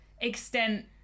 extent